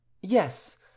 Yes